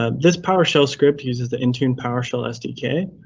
ah this powershell script uses the intune powershell sdk,